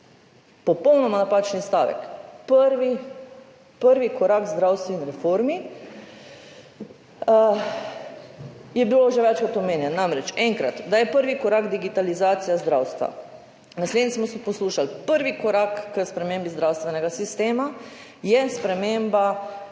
Popolnoma napačen stavek. Prvi korak k zdravstveni reformi je bil že večkrat omenjen. Namreč enkrat, da je prvi korak digitalizacija zdravstva, naslednjič smo poslušali, prvi korak k spremembi zdravstvenega sistema je sprememba